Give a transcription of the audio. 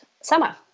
summer